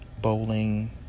bowling